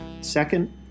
Second